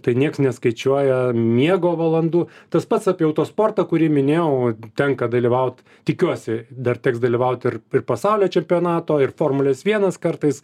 tai nieks neskaičiuoja miego valandų tas pats apie autosportą kurį minėjau tenka dalyvaut tikiuosi dar teks dalyvaut ir pasaulio čempionato ir formulės vienas kartais